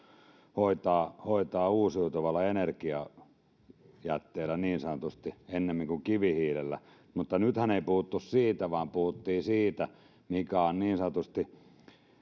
hoitaa niin sanotusti uusiutuvalla energiajätteellä ennemmin kuin kivihiilellä mutta nythän ei puhuttu siitä vaan puhuttiin siitä mikä on niin sanotusti